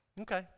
okay